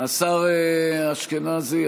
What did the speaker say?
השר אשכנזי.